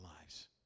lives